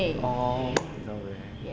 all the way